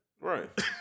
right